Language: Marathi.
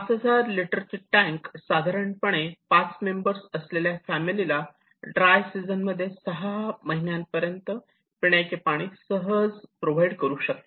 5000 लिटर ची टॅंक साधारणपणे 5 मेंबर्स असलेल्या फॅमिलीला ड्राय सीजन मध्ये सहा महिन्यापर्यंत पिण्याचे पाणी सहज प्रोव्हाइड करू शकते